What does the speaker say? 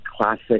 classic